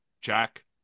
Jack